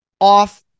off